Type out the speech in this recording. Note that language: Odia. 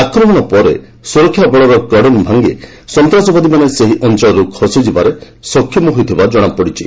ଆକ୍ରମଣ ପରେ ସୁରକ୍ଷା ବଳର କର୍ଡନ ଭାଙ୍ଗି ସନ୍ତାସବାଦୀମାନେ ସେହି ଅଞ୍ଚଳରୁ ଖସିଯିବାରେ ସକ୍ଷମ ହୋଇଥିବାର ଜଣାପଡ଼ିଛି